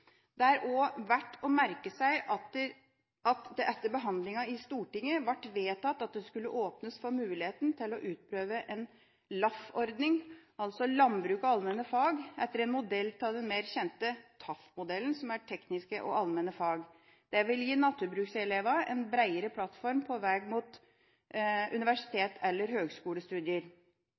Det er også verdt å merke seg at det etter behandlinga i Stortinget ble vedtatt at det skulle åpnes for muligheten til å utprøve en LAF-ordning, altså landbruk og allmenne fag, etter modell av den mer kjente TAF-modellen, tekniske og allmenne fag. Det vil gi naturbrukselevene en bredere plattform på veg mot universitets- eller høgskolestudier.